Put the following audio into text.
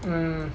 um